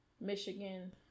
Michigan